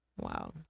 Wow